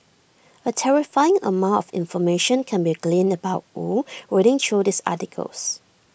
A terrifying amount of information can be gleaned about wu reading through these articles